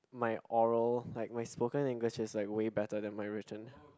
my oral like my spoken English is like really better than my written